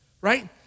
right